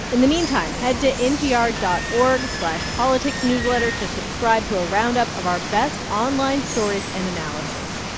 in the meantime, head to npr dot org slash politicsnewsletter to subscribe to a roundup of our best online stories and analysis.